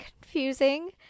confusing